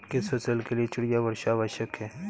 किस फसल के लिए चिड़िया वर्षा आवश्यक है?